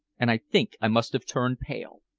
and i think i must have turned pale.